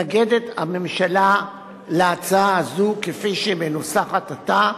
הממשלה מתנגדת להצעה הזו כפי שמנוסחת עתה,